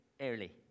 early